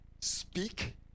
Speak